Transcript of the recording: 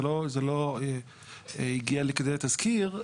זה לא הגיע לכדי התזכיר,